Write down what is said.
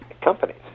companies